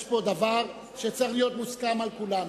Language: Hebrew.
יש פה דבר שצריך להיות מוסכם על כולנו.